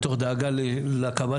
מתוך דאגה לקב"סים,